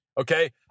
Okay